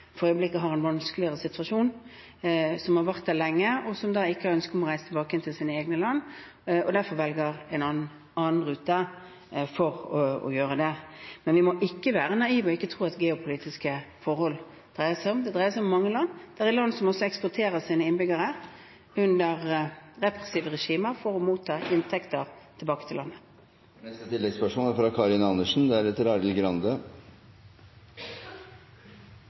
har vært der lenge – for øyeblikket har en vanskeligere situasjon og ikke har ønske om å reise tilbake til eget land, og derfor velger en annen rute. Men vi må ikke være naive og tro at det ikke dreier seg om geopolitiske forhold. Det dreier seg om mange land. Det er land som også eksporterer sine innbyggere under repressive regimer for å motta inntekter tilbake til landet. Karin Andersen – til oppfølgingsspørsmål. Det er